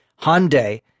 Hyundai